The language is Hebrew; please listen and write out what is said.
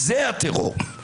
זה הטרור.